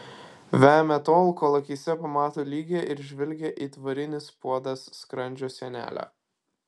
vemia tol kol akyse pamato lygią ir žvilgią it varinis puodas skrandžio sienelę